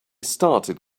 started